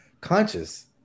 conscious